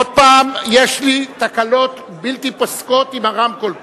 עוד פעם יש לי תקלות בלתי פוסקות עם הרמקול פה.